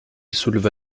souleva